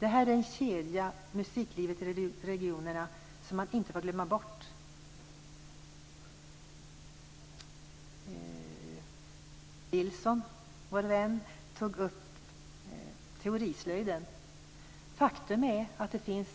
Om musiklivet i regionerna är en kedja är det här en länk som man inte får glömma bort. Vår vän Wilson tog upp teorislöjden. Faktum är att det finns